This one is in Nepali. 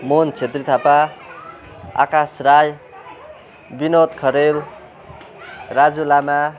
मोहन छेत्री थापा आकाश राई बिनोद खरेल राजु लामा